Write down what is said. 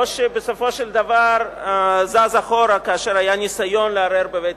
או שבסופו של דבר זז אחורה כאשר היה ניסיון לערער בבית-המשפט.